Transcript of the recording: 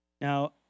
Now